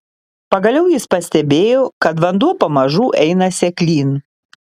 pagaliau jis pastebėjo kad vanduo pamažu eina seklyn